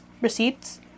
receipts